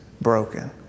broken